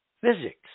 physics